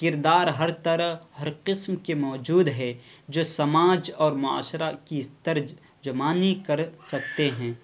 کردار ہر طرح ہر قسم کے موجود ہیں جو سماج اور معاشرہ کی ترجمانی کر سکتے ہیں